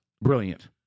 Brilliant